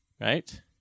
right